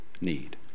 need